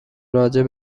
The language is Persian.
راجع